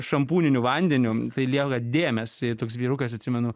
šampūniniu vandeniu tai lieka dėmės ir toks vyrukas atsimenu